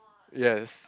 yes